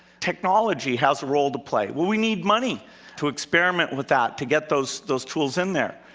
technology has a role to play. well we need money to experiment with that, to get those those tools in there.